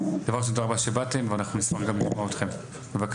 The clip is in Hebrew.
דבר ראשון תודה רבה שבאתם ואנחנו נשמח מאוד גם לשמוע אתכם בבקשה.